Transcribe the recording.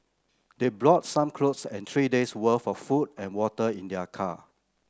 they brought some clothes and three days'worth of food and water in their car